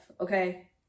okay